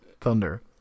Thunder